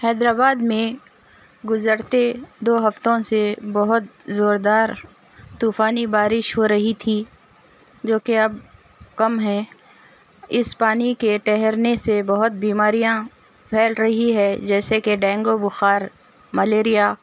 حیدرآباد میں گزرتے دو ہفتوں سے بہت زوردار طوفانی بارش ہو رہی تھی جو کہ اب کم ہے اِس پانی کے ٹھہرنے سے بہت بیماریاں پھیل رہی ہے جیسے کہ ڈینگو بخار ملیریا